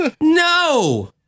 No